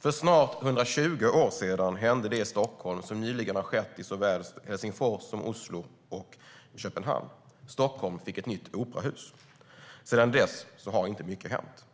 För snart 120 år sedan hände det i Stockholm som nyligen har skett i såväl Helsingfors som Oslo och Köpenhamn: Staden fick ett nytt operahus. Sedan dess har inte mycket hänt.